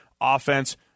offense